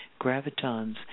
gravitons